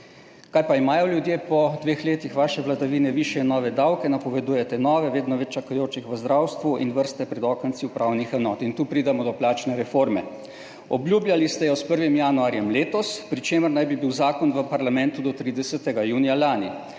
Kaj pa imajo ljudje po dveh letih vaše vladavine? Višje nove davke, napovedujete nove, vedno več čakajočih v zdravstvu in vrste pred okenci upravnih enot. In tu pridemo do plačne reforme. Obljubljali ste jo s 1. januarjem letos, pri čemer naj bi bil zakon v parlamentu do 30. junija lani.